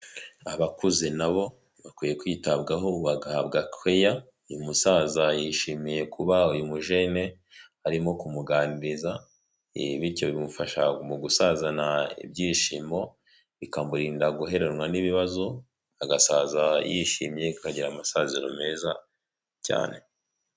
Abakuze nabo bakwiye kwitabwaho bagahabwa keya, uyu musaza yishimiye kuba uyu mujene arimo kumuganiriza bityo bimufasha mu gusazana ibyishimo bikamurinda guheranwa n'ibibazo, agasaza yishimye akagira amasaziro meza cyane.